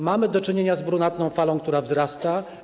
Mamy do czynienia z brunatną falą, która wzrasta.